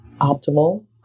optimal